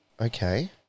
Okay